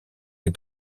est